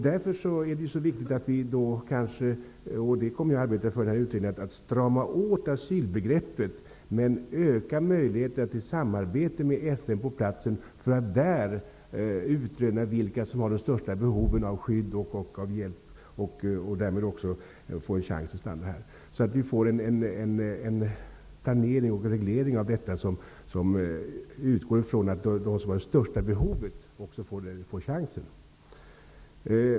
Därför är det så viktigt, vilket jag kommer att arbeta för i den här utredningen, att strama åt asylbegreppet men öka möjligheterna att i samarbete med FN på platsen försöka utröna vilka som har de största behoven av skydd och av hjälp och som därmed också kan få en chans att stanna här, så att vi får en planering och reglering av detta som utgår från att de som har de största behoven också får chansen.